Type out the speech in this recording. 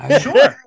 sure